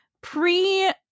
pre